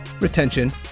retention